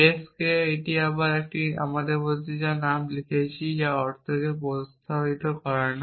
s k এটি আবার আমাদের মধ্যে এটি আমরা যা লিখছি তার অর্থকে প্রভাবিত করে না